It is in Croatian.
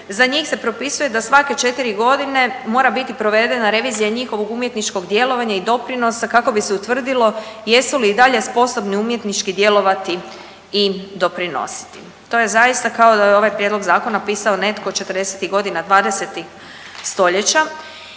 za njih se propisuje da svake 4 godine mora biti provedena revizija njihovog umjetničkog djelovanja i doprinosa kako bi se utvrdilo jesu li i dalje sposobni umjetnički djelovati i doprinositi. To je zaista kao da je ovaj prijedlog zakona pisao netko 40.-ih godina 20. stoljeća.